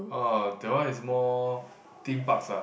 oh that one is more theme parks ah